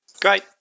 Great